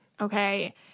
okay